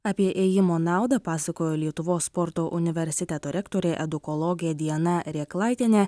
apie ėjimo naudą pasakojo lietuvos sporto universiteto rektorė edukologė diana rėklaitienė